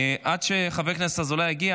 עד שחבר הכנסת אזולאי יגיע,